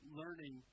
learning